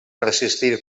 resistir